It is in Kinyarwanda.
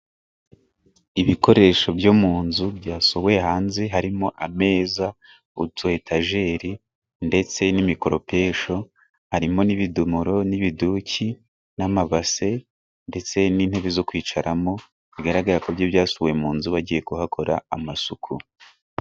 Ibikoresho byo munzu byasohowe hanze harimo ameza utu etajeri ndetse n'imikoropesho, harimo n'ibidomoro, n'ibiduki n'amabase ndetse n'intebe zo kwicaramo bigaragara ko byari byasohowe munzu bagiye kuhakora amasuku.